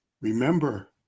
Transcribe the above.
Remember